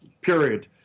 period